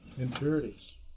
impurities